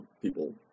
people